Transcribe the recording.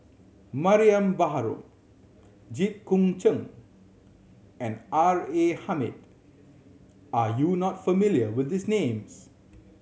Mariam Baharom Jit Koon Ch'ng and R A Hamid are you not familiar with these names